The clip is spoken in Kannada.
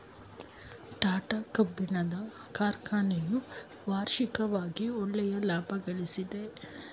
ಟಾಟಾ ಕಬ್ಬಿಣದ ಕಾರ್ಖನೆಯು ವಾರ್ಷಿಕವಾಗಿ ಒಳ್ಳೆಯ ಲಾಭಗಳಿಸ್ತಿದೆ